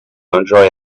enjoy